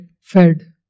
fed